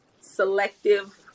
selective